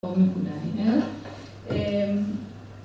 בואו נקודה, אה?